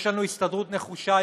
יש לנו הסתדרות נחושה,